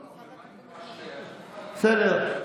בסדר.